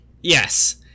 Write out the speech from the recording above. Yes